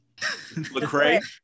Lecrae